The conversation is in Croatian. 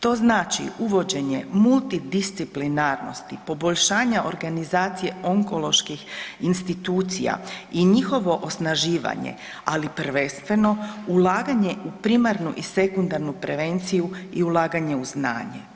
To znači uvođenje multidisciplinarnosti, poboljšanja organizacije onkoloških institucija i njihovo osnaživanje, ali prvenstveno ulaganje u primarnu i sekundaru prevenciju i ulaganje u znanje.